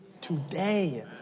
today